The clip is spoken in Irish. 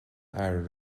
fhearadh